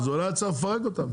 אז אולי צריך לפרק אותם.